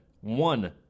one